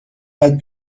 یاد